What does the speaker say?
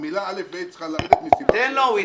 תן לו.